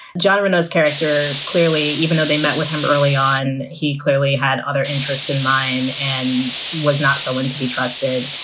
jon renaults character, clearly, even though they met with him early on, he clearly had other interests in mind and was not someone to be trusted.